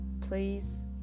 please